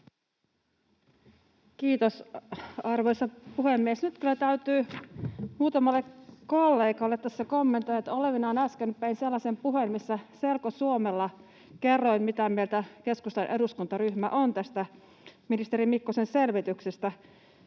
Kiitos, arvoisa puhemies! Nyt kyllä täytyy muutamalle kollegalle tässä kommentoida, että olevinaan äsken pidin sellaisen puheen, missä selkosuomella kerroin, mitä mieltä keskustan eduskuntaryhmä on tästä ministeri Mikkosen selvityksestä.